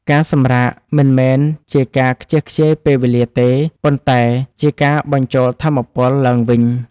ការសម្រាកមិនមែនជាការខ្ជះខ្ជាយពេលវេលាទេ ប៉ុន្តែជាការបញ្ចូលថាមពលឡើងវិញ។